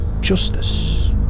justice